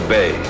Bay